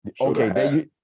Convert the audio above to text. Okay